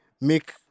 Make